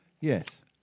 Yes